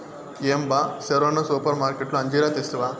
ఏం బా సెరవన సూపర్మార్కట్లో అంజీరా తెస్తివా